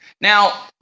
now